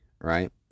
Right